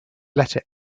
letter